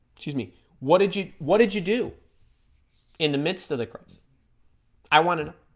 excuse me what did you what did you do in the midst of the crisis i wanted